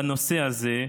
בנושא הזה.